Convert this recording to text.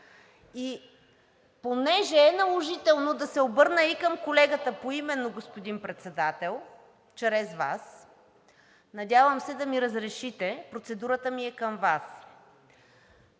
Понеже е наложително да се обърна и към колегата поименно, господин Председател, чрез Вас, надявам се да ми разрешите. Процедурата ми е към Вас,